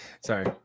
Sorry